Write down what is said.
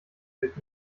hält